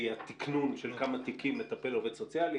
התקנון של כמה תיקים מטפל בהם עובד סוציאלי,